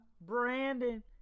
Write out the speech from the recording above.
Brandon